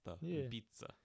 pizza